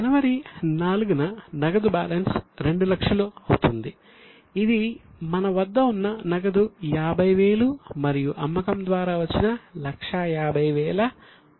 జనవరి 4 న నగదు బ్యాలెన్స్ 200000 అవుతుంది ఇది మన వద్ద ఉన్ననగదు 50000 మరియు అమ్మకం ద్వారా వచ్చిన 150000 ల మొత్తం